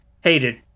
hated